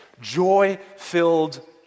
joy-filled